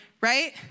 right